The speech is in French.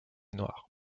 noir